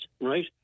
right